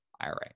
IRA